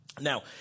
Now